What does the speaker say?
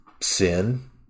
sin